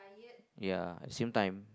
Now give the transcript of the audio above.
ya same time